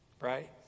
Right